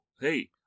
hey